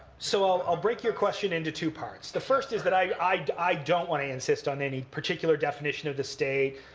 so i'll i'll break your question into two parts. the first is that i don't want to insist on any particular definition of the state.